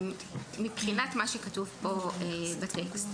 מבחינת מה שכתוב פה בטקסט,